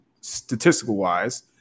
statistical-wise